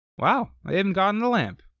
wow, i even got on the lamp.